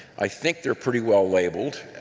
i think they're pretty well labeled,